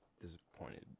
disappointed